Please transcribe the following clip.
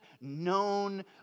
known